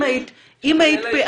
אם היית --- אין לה אישור לזה.